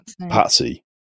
Patsy